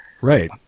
Right